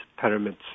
pyramids